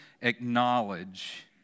acknowledge